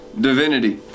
divinity